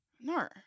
No